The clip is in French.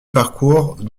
parcours